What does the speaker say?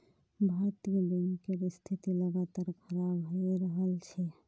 भारतीय बैंकेर स्थिति लगातार खराब हये रहल छे